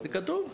זה כתוב.